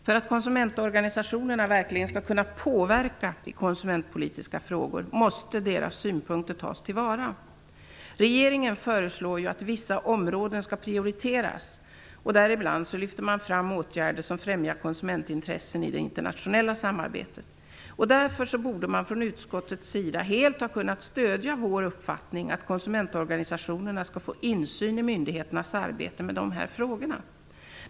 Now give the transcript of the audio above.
För att konsumentorganisationerna verkligen skall kunna påverka i konsumentpolitiska frågor måste deras synpunkter tas till vara. Regeringen föreslår ju att vissa områden skall prioriteras. Man lyfter t.ex. fram åtgärder som främjar konsumentintressena i det internationella samarbetet. Därför borde man från utskottets sida helt ha kunnat stödja vår uppfattning att konsumentorganisationerna skall få insyn i myndigheternas arbete med dessa frågor.